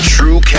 True